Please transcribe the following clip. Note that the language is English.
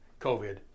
COVID